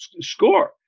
score